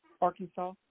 Arkansas